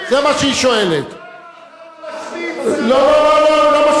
אני לא מבינה מה